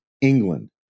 England